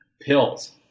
pills